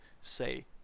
say